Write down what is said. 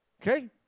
Okay